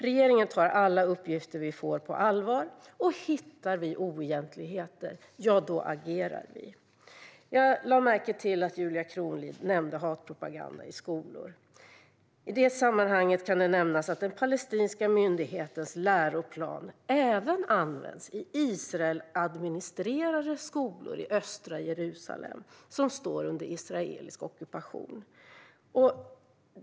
Regeringen tar alla uppgifter vi får på allvar. Hittar vi oegentligheter agerar vi. Jag lade märke till att Julia Kronlid nämnde hatpropaganda i skolor. I det sammanhanget kan nämnas att den palestinska myndighetens läroplan även används i Israeladministrerade skolor i östra Jerusalem, som står under israelisk ockupation.